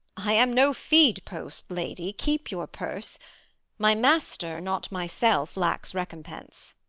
i am no fee'd post, lady keep your purse my master, not myself, lacks recompense.